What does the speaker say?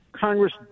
Congress